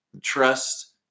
trust